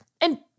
And-